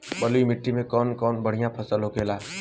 बलुई मिट्टी में कौन कौन फसल बढ़ियां होखेला?